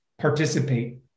participate